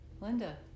Linda